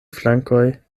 flankoj